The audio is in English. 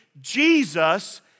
Jesus